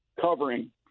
covering